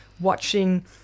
watching